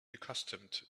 accustomed